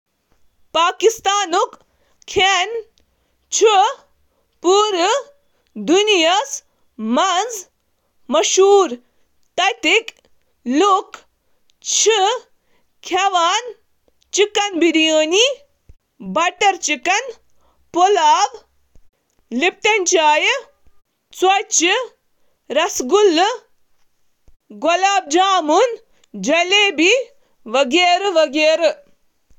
توٚمُل، کٕنٕکَس پٮ۪ٹھ مبنی فلیٹ بریڈ ,روٹی، چپٹی، پراٹھہ، پوری ، دال دال ، سبزی ,سبزی ، دہی تہٕ مٮ۪وٕ ,نوٗنہٕ سۭتۍ کھٮ۪نہٕ یِوان ,چھِ مُلکَس منٛز اَہَم حصہٕ۔ اوسط پٲکِستٲنہِ چُھ ترٛےٚ اَہَم کھیٚن کھٮ۪وان۔ ناشتہٕ، لنچ تہٕ ڈنر۔ اکھ واریاہ مشہوٗر ناشتہٕ چھُ حلوا پوٗری۔